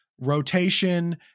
rotation